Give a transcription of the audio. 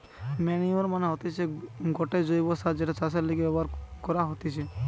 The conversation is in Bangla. ম্যানইউর মানে হতিছে গটে জৈব্য সার যেটা চাষের লিগে ব্যবহার করা হতিছে